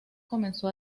comenzó